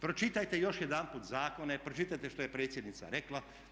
Pročitajte još jedanput zakone, pročitajte što je predsjednica rekla.